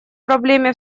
проблеме